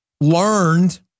learned